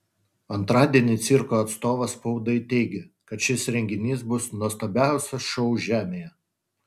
antradienį cirko atstovas spaudai teigė kad šis renginys bus nuostabiausias šou žemėje